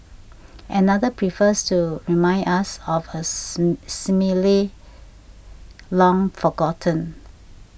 another prefers to remind us of a simile long forgotten